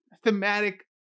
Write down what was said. thematic